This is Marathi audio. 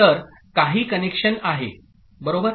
तर काही कनेक्शन आहे बरोबर